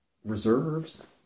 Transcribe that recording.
Reserves